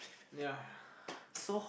ya